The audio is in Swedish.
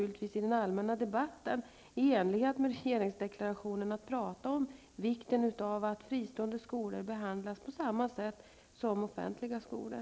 I den allmänna debatten kommer jag i enlighet med regeringsdeklarationen att prata om vikten av att fristående skolor behandlas på samma sätt som offentliga skolor.